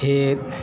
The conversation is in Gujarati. એ